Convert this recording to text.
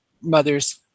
mother's